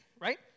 right